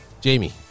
Jamie